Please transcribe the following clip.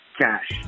Cash